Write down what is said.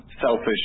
selfish